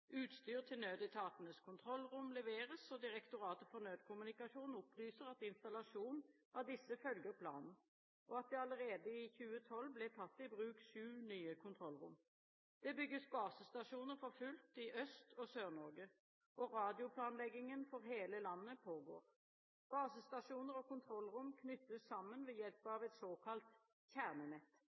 Utstyr til nødetatenes kontrollrom leveres, og Direktoratet for nødkommunikasjon opplyser at installasjon av disse følger planen, og at det allerede i 2012 ble tatt i bruk sju nye kontrollrom. Det bygges basestasjoner for fullt i Øst- og Sør-Norge, og radioplanleggingen for hele landet pågår. Basestasjoner og kontrollrom knyttes sammen ved hjelp av et såkalt kjernenett.